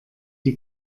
die